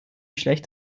schlecht